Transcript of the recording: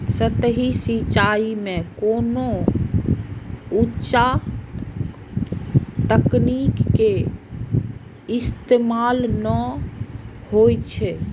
सतही सिंचाइ मे कोनो उच्च तकनीक के इस्तेमाल नै होइ छै